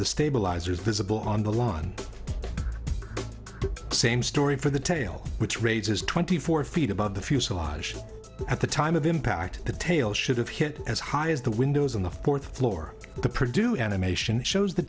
the stabilizers visible on the lawn same story for the tail which raises twenty four feet above the fuselage at the time of impact the tail should have hit as high as the windows on the fourth floor the producer animation shows the